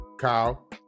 kyle